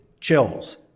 chills